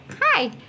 Hi